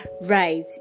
Right